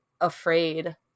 afraid